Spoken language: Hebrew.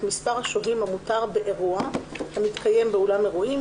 את מספר השוהים המותר באירוע המתקיים באולם אירועים,